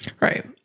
Right